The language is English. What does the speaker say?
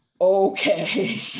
Okay